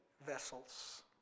vessels